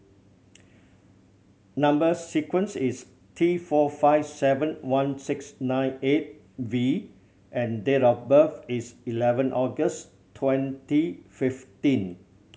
number sequence is T four five seven one six nine eight V and date of birth is eleven August twenty fifteen